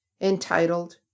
entitled